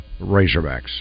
Razorbacks